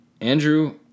Andrew